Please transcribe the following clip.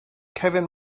kevin